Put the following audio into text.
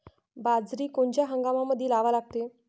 बाजरी कोनच्या हंगामामंदी लावा लागते?